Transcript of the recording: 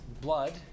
blood